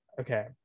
okay